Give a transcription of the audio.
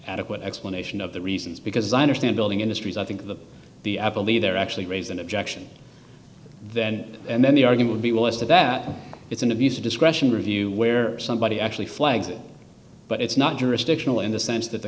adequate explanation of the reasons because i understand building industries i think that the apple either actually raise an objection then and then the argument be well as to that it's an abuse of discretion review where somebody actually flags it but it's not jurisdictional in the sense that the